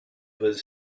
was